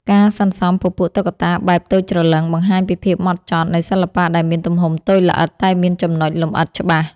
ការសន្សំពពួក តុក្កតាបែបតូចច្រឡឹង បង្ហាញពីភាពហ្មត់ចត់នៃសិល្បៈដែលមានទំហំតូចល្អិតតែមានចំណុចលម្អិតច្បាស់។